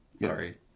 Sorry